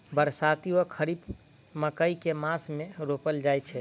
बरसाती वा खरीफ मकई केँ मास मे रोपल जाय छैय?